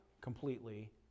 completely